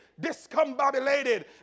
discombobulated